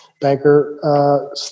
banker